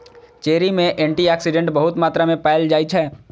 cherry मे antioxidant बहुत मात्रा मे पाएल जाइ छै